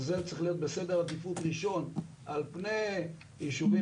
וזה צריך להיות בסדר עדיפות ראשון על פני יישובים